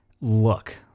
look